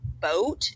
boat